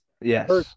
Yes